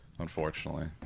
Unfortunately